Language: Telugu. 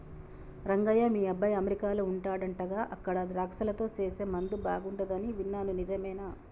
రంగయ్య మీ అబ్బాయి అమెరికాలో వుండాడంటగా అక్కడ ద్రాక్షలతో సేసే ముందు బాగుంటది అని విన్నాను నిజమేనా